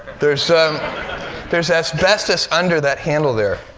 there's there's asbestos under that handle there.